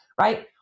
right